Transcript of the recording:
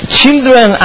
children